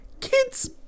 Kids